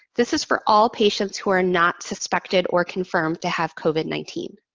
this is for all patients who are not suspected or confirmed to have covid nineteen.